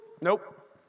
Nope